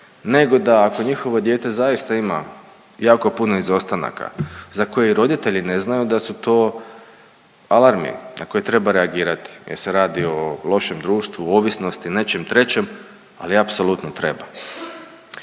nego da ako njihovo dijete zaista ima jako puno izostanaka za koje roditelji ne znaju da su to alarmi na koje treba reagirati jer se radi o lošem društvu, ovisnosti, nečem trećem ali apsolutno treba.